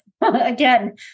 again